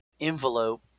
envelope